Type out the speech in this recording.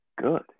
good